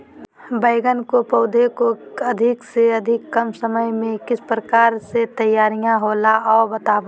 बैगन के पौधा को अधिक से अधिक कम समय में किस प्रकार से तैयारियां होला औ बताबो है?